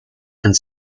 and